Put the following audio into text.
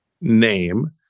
name